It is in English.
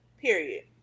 period